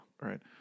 right